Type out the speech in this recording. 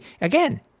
again